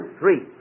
three